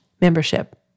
membership